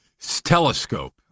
telescope